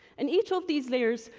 and each of these layers,